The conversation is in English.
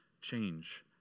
change